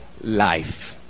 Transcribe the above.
life